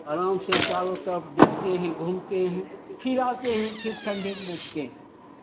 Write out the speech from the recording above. आराम से चारों तरफ देखते हैं घूमते हैं फिर आते हैं फिर